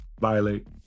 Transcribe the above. violate